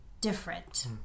different